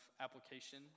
application